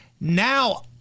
Now